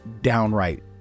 downright